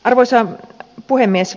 arvoisa puhemies